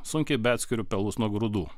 sunkiai be atskiriu pelus nuo grūdų